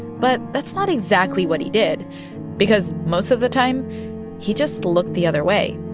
but that's not exactly what he did because most of the time he just looked the other way.